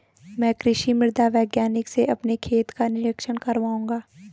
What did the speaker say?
मैं कृषि मृदा वैज्ञानिक से अपने खेत का निरीक्षण कराऊंगा